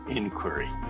inquiry